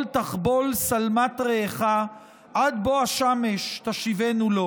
תחבל שלמת רעיך עד בא השמש תשיבנו לו.